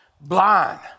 blind